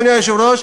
אדוני היושב-ראש,